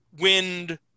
Wind